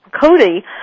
Cody